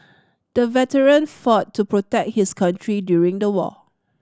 the veteran fought to protect his country during the war